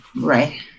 Right